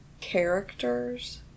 characters